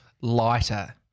lighter